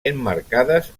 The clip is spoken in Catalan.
emmarcades